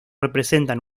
representan